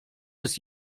des